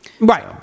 Right